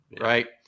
Right